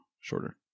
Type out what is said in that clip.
shorter